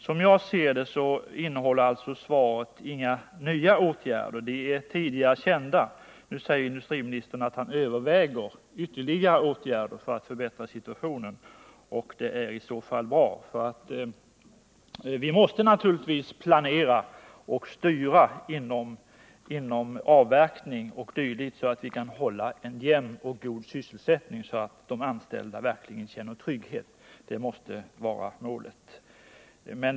Som jag ser det innehåller alltså svaret ingen redovisning av nya åtgärder — de som nämns är tidigare kända. Nu säger industriministern i sitt senaste inlägg att han överväger ytterligare åtgärder för att förbättra situationen, och det är bra. Vi måste naturligtvis planera och styra avverkningen så att vi kan hålla en jämn och god sysselsättning och så att de anställda verkligen kan känna trygghet. Det måste vara målet.